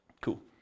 Cool